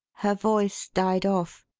her voice died off.